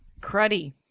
cruddy